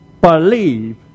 believe